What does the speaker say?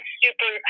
super